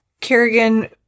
kerrigan